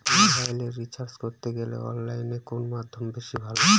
মোবাইলের রিচার্জ করতে গেলে অনলাইনে কোন মাধ্যম বেশি ভালো?